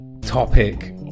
topic